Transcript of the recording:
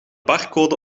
barcode